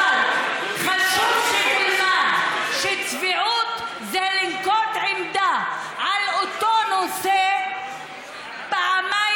אבל חשוב שתלמד שצביעות זה לנקוט עמדה על אותו נושא פעמיים,